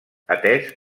atès